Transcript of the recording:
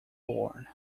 born